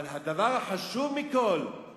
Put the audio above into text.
אבל הדבר החשוב מכול זה